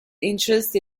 interest